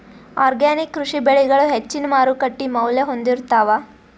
organic ಕೃಷಿ ಬೆಳಿಗಳು ಹೆಚ್ಚಿನ್ ಮಾರುಕಟ್ಟಿ ಮೌಲ್ಯ ಹೊಂದಿರುತ್ತಾವ